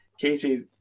katie